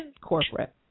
corporate